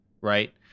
right